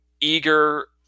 eager